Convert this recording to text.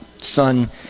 son